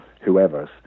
whoever's